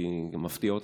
כי אני מפתיע אותך,